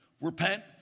Repent